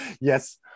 yes